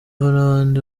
n’abandi